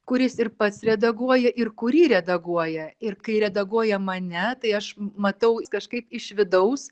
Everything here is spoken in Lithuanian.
kuris ir pats redaguoja ir kurį redaguoja ir kai redaguoja mane tai aš matau kažkaip iš vidaus